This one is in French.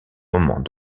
moment